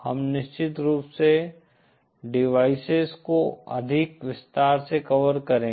हम निश्चित रूप से डीवाईसेस को अधिक विस्तार से कवर करेंगे